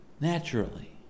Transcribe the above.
Naturally